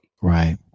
Right